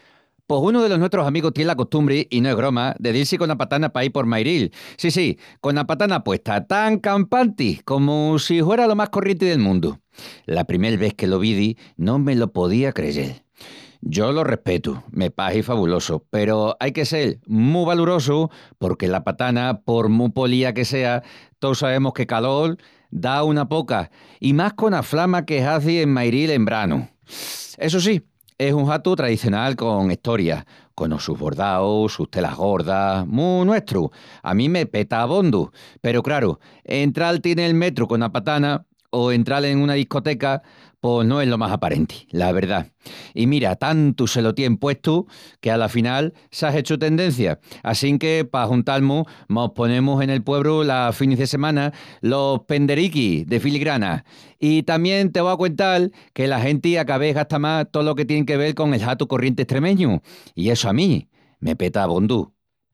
Pos unu delos nuestrus amigus tien la costumbri, i no es groma, de dil-si cona patana paí por Mairil. Sí, sí, cona patana puesta, tan campanti, comu si huera lo más corrienti del mundu. La primel ves que lo vidi, no me lo poía creyel. Yo lo respetu, me pahi fabulosu, peru ai que sel mu valorosu, porque la patana, por mu polía que sea, tous sabemus que calol da una poca, i más cona flama que hazi en Mairil en branu. Essu sí, es un hatu tradicional con estoria, conos sus bordaus, sus telas gordas, mu nuestru, a mí me peta abondu. Peru craru, entral-ti nel metru cona patana, o entral en una discoteca, pos no es lo más aparenti, la verdá. I mira, tantu se lo tien puestu, que ala final s'á hechu tendencia, assinque, pa ajuntal-mus, mos ponemus en el puebru las finis de semana los penderiquis de filigrana! I tamién te vó a cuental que la genti a ca ves gasta más tolo que tien que vel con el hatu corrienti estremeñu, i essu a mí me peta abondu.